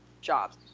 jobs